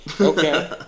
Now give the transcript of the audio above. Okay